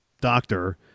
doctor